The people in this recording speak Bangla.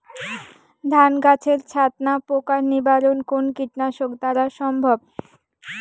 ধান গাছের ছাতনা পোকার নিবারণ কোন কীটনাশক দ্বারা সম্ভব?